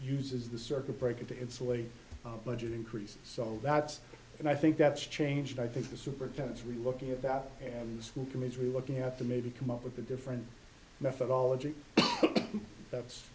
uses the circuit breaker to insulate budget increases so that's and i think that's changed i think the superintendents really looking at that and the school committee looking at the maybe come up with a different methodology that's